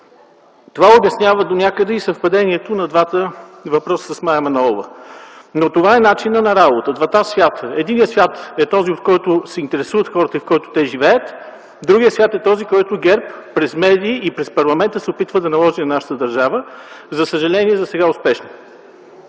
Това обяснява донякъде и съвпадението на двата въпроса с Мая Манолова, но това е начинът на работа – двата свята. Единият свят е този, от който се интересуват хората и в който те живеят, другият свят е този, който ГЕРБ през медии и през парламента се опитва да наложи на нашата държава. За съжаление, засега успешно.